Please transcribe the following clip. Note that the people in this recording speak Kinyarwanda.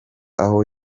aho